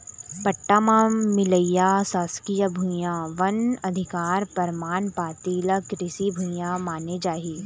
पट्टा म मिलइया सासकीय भुइयां, वन अधिकार परमान पाती ल कृषि भूइया माने जाही